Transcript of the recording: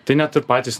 tai net ir patys